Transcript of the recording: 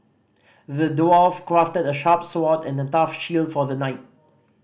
the dwarf crafted a sharp sword and a tough shield for the knight